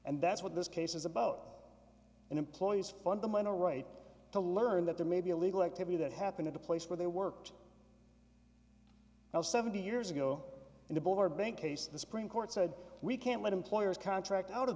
and that's what this case is about and employees fundamental right to learn that there may be a legal activity that happened at the place where they worked out seventy years ago in the board bank case the supreme court said we can't let employers contract out of